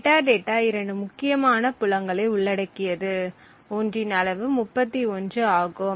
metadata இரண்டு முக்கியமான புலங்களை உள்ளடக்கியது ஒன்றின் அளவு 31 ஆகும்